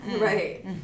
right